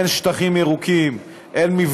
אין שטחים ירוקים,